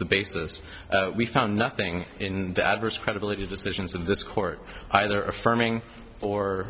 the basis we found nothing in the adverse credibility decisions of this court either affirming or